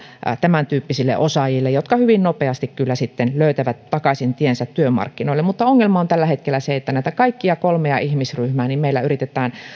tämäntyyppisille osaajille jotka hyvin nopeasti kyllä löytävät tiensä takaisin työmarkkinoille mutta ongelma on tällä hetkellä se että näitä kaikkia kolmea ihmisryhmää meillä yritetään